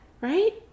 Right